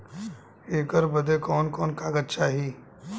ऐकर बदे कवन कवन कागज चाही?